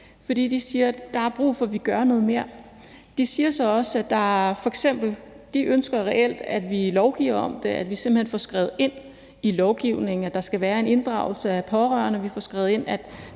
fordi de siger, at der er brug for, at vi gør noget mere. De siger så f.eks. også, at de reelt ønsker, at vi lovgiver om det, at vi simpelt hen får skrevet ind i lovgivningen, at der skal være en inddragelse af pårørende, og at vi får skrevet ind, at